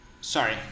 Sorry